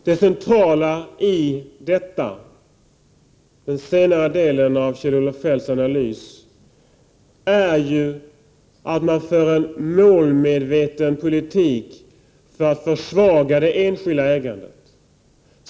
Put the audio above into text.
Prot. 1988/89:118 Herr talman! Det centrala i den senare delen av Kjell-Olof Feldts analys är 22 maj 1989 ju att regeringen för en målmedveten politik för att försvaga det enskilda Z——— Om löntagarfonderna ägandet.